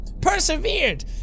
Persevered